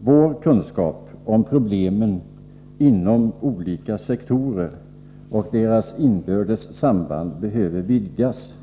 Vår kunskap om problemen inom olika sektorer och deras inbördes samband behöver vidgas